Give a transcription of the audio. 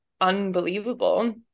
unbelievable